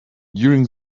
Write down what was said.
during